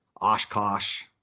Oshkosh